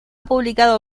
publicado